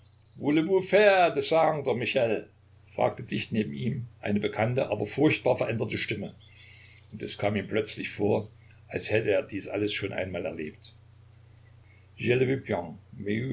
michel fragte dicht neben ihm eine bekannte aber furchtbar veränderte stimme und es kam ihm plötzlich vor als hätte er dies alles schon einmal erlebt